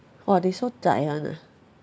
!wah! they so zai [one] ah